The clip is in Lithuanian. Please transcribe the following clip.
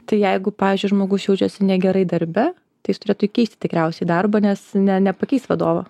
tai jeigu pavyzdžiui žmogus jaučiasi negerai darbe tai jis turėtų keisti tikriausiai darbą nes ne nepakeis vadovo